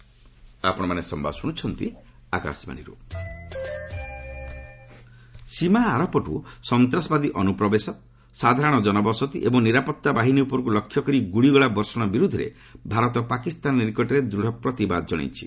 India protest Pak ସୀମା ଆରପଟୁ ସନ୍ତାସବାଦୀ ଅନୁପ୍ରବେଶ ସାଧାରଣ ଜନବସତି ଏବଂ ନିରାପତ୍ତା ବାହିନୀ ଉପରକୁ ଲକ୍ଷ୍ୟ କରି ଗୁଳିଗୋଳା ବର୍ଷଣ ବିରୁଦ୍ଧରେ ଭାରତ ପାକିସ୍ତାନ ନିକଟରେ ଦୃଢ଼ ପ୍ରତିବାଦ ଜଣାଇଛି